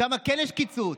שם כן יש קיצוץ.